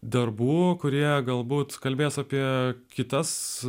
darbų kurie galbūt kalbės apie kitas